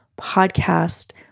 podcast